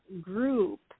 group